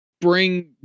bring